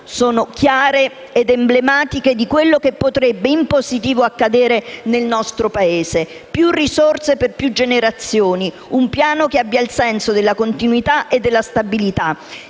sono chiare ed emblematiche di quello che in positivo potrebbe accadere nel nostro Paese. Servono più risorse per più generazioni e un piano che abbia il senso della continuità e della stabilità.